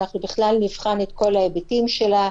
נבחן בכלל את כל ההיבטים שלה,